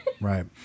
Right